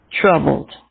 troubled